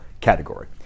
category